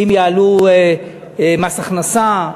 אם יעלו מס הכנסה,